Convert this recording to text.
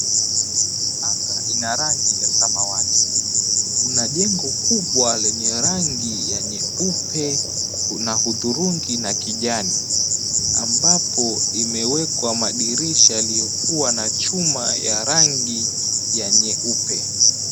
Anga ina rangi ya samawati, kuna jengo kubwa lenye rangi ya nyeupe na hudhurungi na kijani ambapo imewekwa madirisha yaliyo ya chuma ya rangi ya nyeupe.